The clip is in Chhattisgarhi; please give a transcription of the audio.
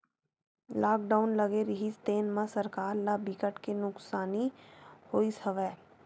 लॉकडाउन लगे रिहिस तेन म सरकार ल बिकट के नुकसानी होइस हवय